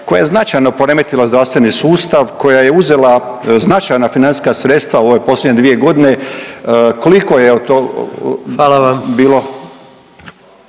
koja je značajno poremetila zdravstveni sustav, koja je uzela značajna financijska sredstva u ove posljednje 2 godine, koliko je to .../Upadica: Hvala vam./... bilo